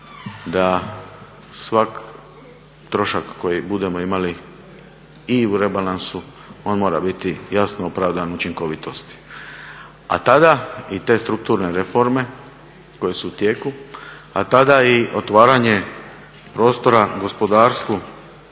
da svaki trošak koji budemo imali i u rebalansu, on mora biti jasno opravdan učinkovitosti, a tada, i te strukturne reforme koje su u tijeku, a tada i otvaranje prostora gospodarstvu